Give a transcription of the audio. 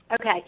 Okay